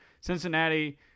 Cincinnati